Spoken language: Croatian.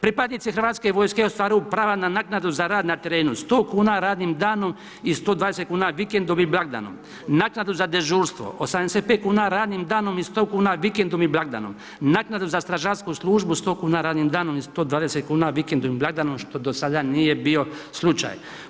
Pripadnici Hrvatske vojske ostvaruju prava na naknadu za rad na terenu, 100 kn radnim danom i 120 kn vikendom i blagdanom, naknadu za dežurstvo 85 kn radnim danom i 100 kn vikendom i blagdanom, naknadu za stražarsku službu 100 kn radnim danom i 120 kn vikendom i blagdanom, što do sada nije bio slučaj.